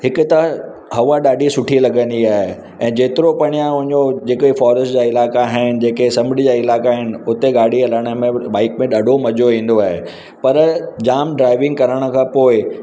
हिकु त हवा ॾाढी सुठी लॻंदी आहे ऐं जेतिरो परिया वञो जेके फॉरेस्ट जा इलाइक़ा आहिनि जेके समुंड इलाइक़ा आहिनि हुते गाॾी हलाइण में बाइक में ॾाढो मज़ो ईंदो आहे पर जाम ड्राइविंग करणु खां पोइ